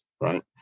right